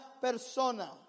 persona